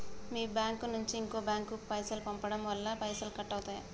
మీ bank నుంచి ఇంకో bank కు పైసలు పంపడం వల్ల పైసలు కట్ అవుతయా?